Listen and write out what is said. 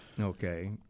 Okay